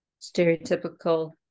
stereotypical